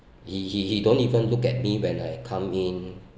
he he he don't even look at me when I come in